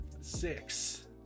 Six